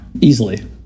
easily